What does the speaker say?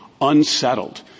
unsettled